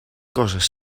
coses